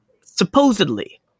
Supposedly